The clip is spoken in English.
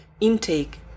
intake